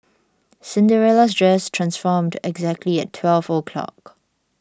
Cinderella's dress transformed exactly at twelve o'clock